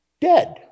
dead